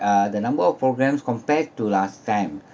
uh the number of programmes compared to last time